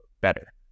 better